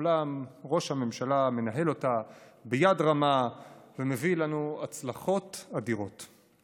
אולם ראש הממשלה מנהל אותה ביד רמה ומביא לנו הצלחות אדירות.